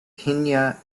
kenya